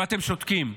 ואתם שותקים.